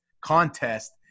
contest